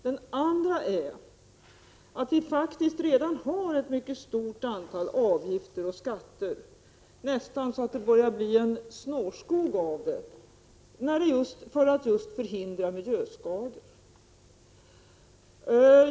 Den andra är att vi faktiskt redan har ett mycket stort antal avgifter och skatter, nästan så att det börjar bli en snårskog, just för att förhindra miljöskador.